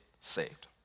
saved